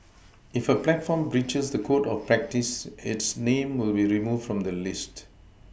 if a platform breaches the code of practice its name will be removed from the list